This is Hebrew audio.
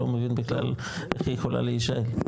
לא מבין בכלל איך היא יכולה להישאל.